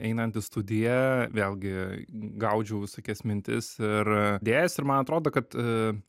einant į studiją vėlgi gaudžiau visokias mintis ir idėjas ir man atrodo kad